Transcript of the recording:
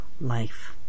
life